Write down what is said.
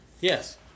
Yes